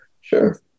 Sure